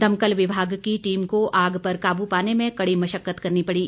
दमकल विभाग की टीम ने को आग पर काबू पाने में कड़ी मशक्कत करनी पड़ी